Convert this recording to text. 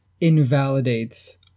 invalidates